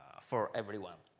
for everyone.